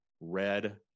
Red